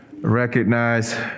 recognize